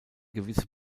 gewisse